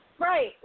Right